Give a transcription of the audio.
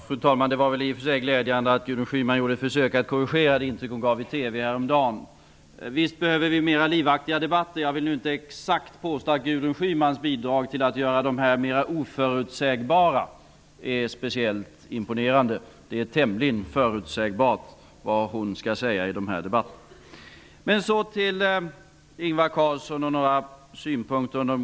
Fru talman! Det var väl i och för sig glädjande att Gudrun Schyman gjorde ett försök att korrigera det intryck som hon gjorde i TV häromdagen. Visst behöver vi mera livaktiga debatter. Jag vill nu inte påstå att Gudrun Schymans bidrag till att göra dem mer oförutsägbara var speciellt imponerande. Vad hon skall säga i dessa debatter är tämligen förutsägbart. Så några synpunkter till Ingvar Carlsson på de få minuter som står till förfogande.